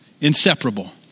Inseparable